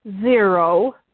zero